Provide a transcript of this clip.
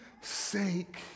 sake